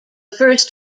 first